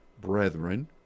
brethren